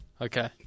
Okay